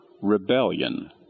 Rebellion